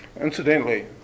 Incidentally